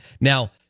Now